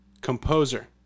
composer